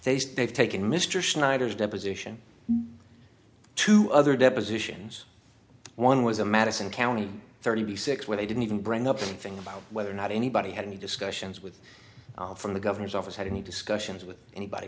suspect taken mr schneider's deposition to other depositions one was a madison county thirty six where they didn't even bring up anything about whether or not anybody had any discussions with from the governor's office had any discussions with anybody